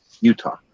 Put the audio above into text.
Utah